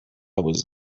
was